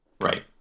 right